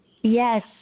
Yes